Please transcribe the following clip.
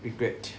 regret